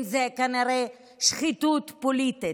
ואם זו כנראה שחיתות פוליטית.